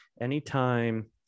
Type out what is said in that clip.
anytime